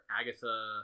Agatha